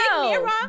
mirror